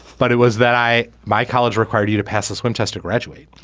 but it was that i my college required you to pass a swim test to graduate.